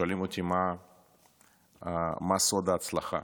שואלים אותי מה סוד ההצלחה.